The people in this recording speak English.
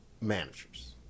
managers